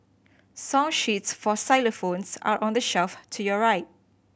song sheets for xylophones are on the shelf to your right